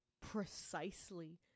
precisely